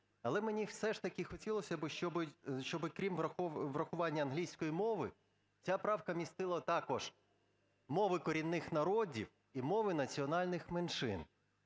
Але мені все ж таки хотілося б, щоб, крім врахування англійської мови, ця правка містила також мови корінних народів і мови національних меншин.